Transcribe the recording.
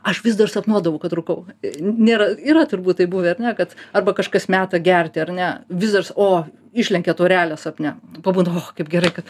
aš vis dar sapnuodavau kad rūkau nėra yra turbūt taip buvę ar ne kad arba kažkas meta gerti ar ne vis dars o išlenkia taurelę sapne pabunda o kaip gerai kad